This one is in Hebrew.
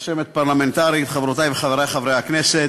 רשמת פרלמנטרית, חברותי וחברי חברי הכנסת,